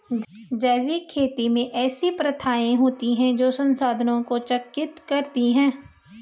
जैविक खेती में ऐसी प्रथाएँ होती हैं जो संसाधनों को चक्रित करती हैं